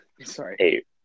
Sorry